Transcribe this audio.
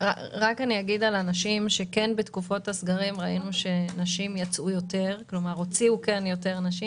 בתקופות הסגרים ראינו שהוציאו יותר נשים,